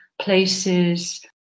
places